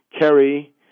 Kerry